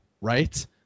right